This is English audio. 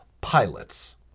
pilots